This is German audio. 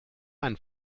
einen